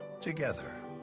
Together